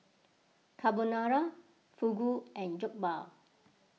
Carbonara Fugu and Jokbal